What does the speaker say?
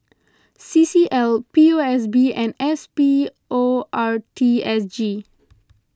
C C L P O S B and S P O R T S G